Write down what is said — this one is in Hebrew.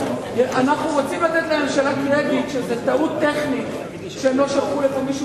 אנחנו רוצים לתת לממשלה קרדיט שזו טעות טכנית שהם לא שלחו לפה מישהו,